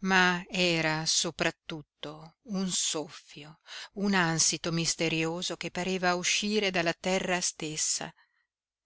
ma era soprattutto un soffio un ansito misterioso che pareva uscire dalla terra stessa